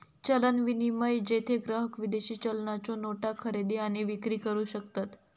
चलन विनिमय, जेथे ग्राहक विदेशी चलनाच्यो नोटा खरेदी आणि विक्री करू शकतत